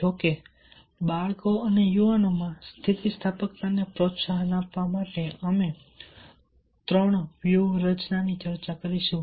જો કે બાળકો અને યુવાનોમાં સ્થિતિસ્થાપકતાને પ્રોત્સાહન આપવા માટે અમે ત્રણ વ્યૂહરચનાઓની ચર્ચા કરીશું